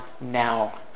now